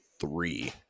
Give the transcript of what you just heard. three